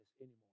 anymore